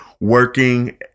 working